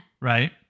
right